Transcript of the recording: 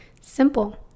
Simple